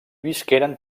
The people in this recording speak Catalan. visqueren